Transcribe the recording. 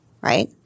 right